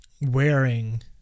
wearing